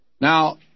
Now